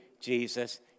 Jesus